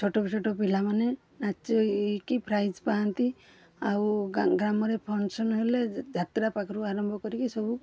ଛୋଟ ଛୋଟ ପିଲାମାନେ ନାଚିକି ପ୍ରାଇଜ୍ ପାଆନ୍ତି ଆଉ ଗ୍ରାମରେ ଫଙ୍କସନ୍ ହେଲେ ଯାତ୍ରା ପାଖରୁ ଆରମ୍ଭ କରିକି ସବୁ